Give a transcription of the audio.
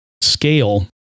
scale